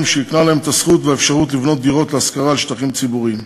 שהקנה להם את הזכות והאפשרות לבנות דירות להשכרה על שטחים ציבוריים.